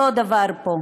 אותו דבר פה.